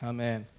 Amen